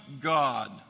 God